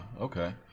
okay